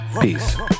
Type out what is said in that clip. peace